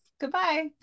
Goodbye